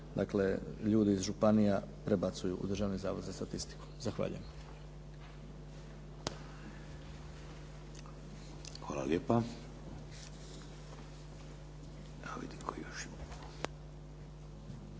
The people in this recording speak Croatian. se ovi ljudi iz županija prebacuju u Državni zavod za statistiku. Zahvaljujem.